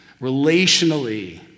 relationally